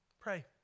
Pray